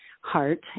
heart